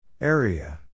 Area